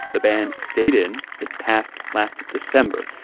the ban stayed in. it passed last december.